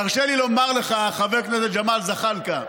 תרשה לי לומר לך, חבר הכנסת ג'מאל זחאלקה: